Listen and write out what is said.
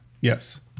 Yes